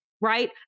right